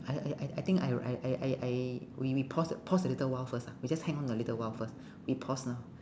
I I I I think I I I I I we we pause pause a little while first ah we just hang on a little while first we pause ah